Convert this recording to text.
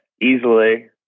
easily